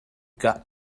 got